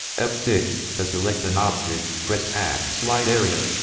f six, to select an object, press tab, slide area